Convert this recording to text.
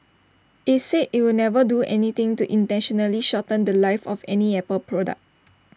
IT said IT would never do anything to intentionally shorten The Life of any Apple product